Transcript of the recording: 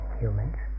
humans